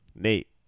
Nate